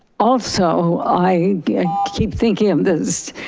also i keep thinking of this